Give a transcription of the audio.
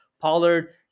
Pollard